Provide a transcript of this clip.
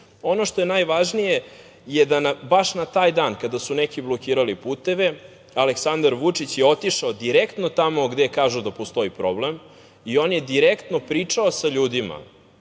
što je najvažnije je, da baš na taj dan kada su neki blokirali puteve, Aleksandar Vučić je otišao direktno tamo gde kažu da postoji problem i on je direktno pričao sa ljudima